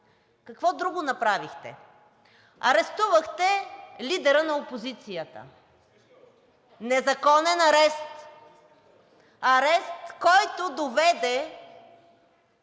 Какво друго направихте?! Арестувахте лидера на опозицията. Незаконен арест. Арест, който доведе